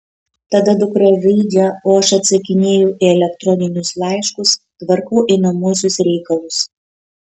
tada dukra žaidžia o aš atsakinėju į elektroninius laiškus tvarkau einamuosius reikalus